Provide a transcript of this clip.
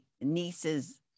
niece's